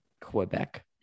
quebec